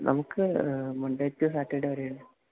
നമുക്ക് Monday to Saturday വരെയാണ്